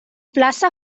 plaça